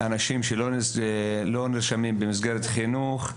אנשים שלא נמצאים במסגרת חינוך,